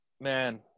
man